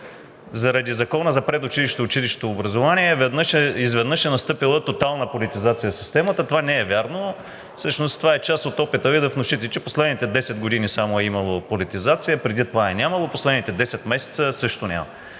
заради Закона за предучилищното и училищното образование изведнъж е настъпила тотална политизация в системата. Това не е вярно. Всъщност това е част от опита Ви да внушите, че последните 10 години само е имало политизация – преди това е нямало, последните 10 месеца също няма.